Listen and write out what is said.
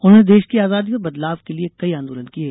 उन्होंने देश की आजादी और बदलाव के लिये कई आंदोलन किये